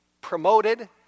promoted